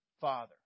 father